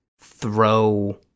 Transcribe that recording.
throw